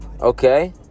Okay